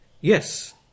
Yes